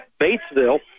batesville